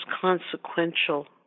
consequential